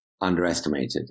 underestimated